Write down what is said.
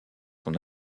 son